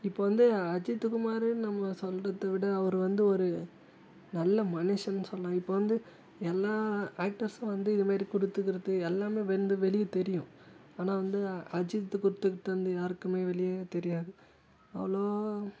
இப்போ வந்து அஜித்துகுமாருன்னு நம்ம சொல்றதை விட அவர் வந்து ஒரு நல்ல மனுஷன்னு சொல்லலாம் இப்போ வந்து எல்லா ஆக்ட்டர்ஸ்சும் வந்து இதேமாதிரி கொடுத்துகிடுத்து எல்லாமே வந்து வெளிய தெரியும் ஆனால் வந்து அஜித்து கொடுத்தது வந்து யாருக்குமே வெளிய தெரியாது அவ்வளவாக